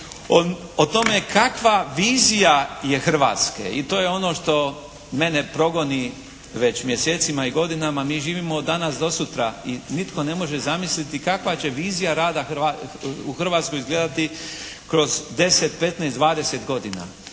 o tome kakva vizija je Hrvatske. I to je ono što mene progoni već mjesecima i godinama. Mi živimo od danas do sutra i nitko ne može zamisliti kakva će vizija rada u Hrvatskoj izgledati kroz 10, 15, 20 godina.